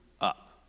up